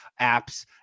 apps